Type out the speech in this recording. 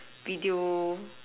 video